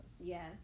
Yes